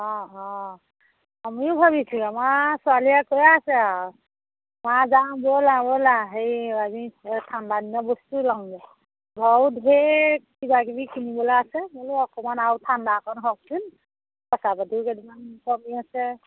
অঁ অঁ আমিও ভাবিছোঁ আমাৰ ছোৱালীয়ে কৈ আছে আৰু মা যাওঁ ব'লা ব'লা হেৰি আমি ঠাণ্ডা দিনা বস্তু ল'মগৈ ঘৰৰ ঢেৰ কিবা কিবি কিনিবলৈ আছে বোলো অকমান আৰু ঠাণ্ডা অকণ হওকচোন পইচা পাতিও কেইদিনমান কমি আছে